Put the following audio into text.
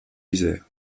isère